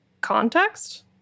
context